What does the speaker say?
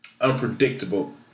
unpredictable